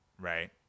right